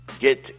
get